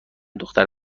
دختر